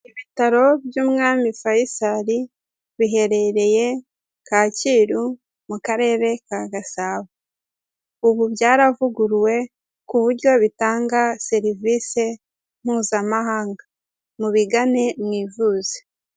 Ibitaro by'umwami Faisal biherereye Kacyiru mu karere ka gasabo ubu byaravuguruwe ku buryo bitanga serivisi mpuzamahanga mubigane mwivu.